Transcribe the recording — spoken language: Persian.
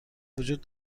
وجود